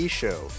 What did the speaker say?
show